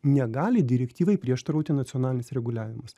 negali direktyvai prieštarauti nacionalinis reguliavimas